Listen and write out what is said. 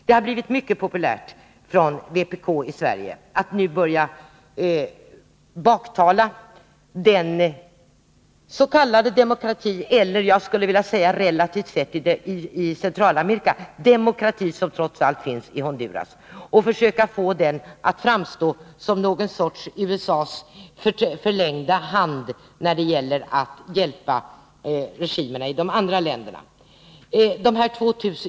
Det har på vpk-håll blivit mycket populärt att baktala den demokrati — för det är det, relativt sett och för att vara Centralamerika — som trots allt finns i Honduras och försöka få den regimen att framstå som något slags förlängd arm till USA när det gäller att hjälpa regimerna i de andra länderna.